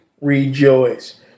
rejoice